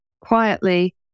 quietly